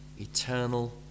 eternal